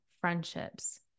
friendships